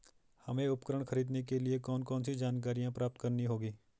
हमें उपकरण खरीदने के लिए कौन कौन सी जानकारियां प्राप्त करनी होगी?